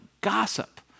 gossip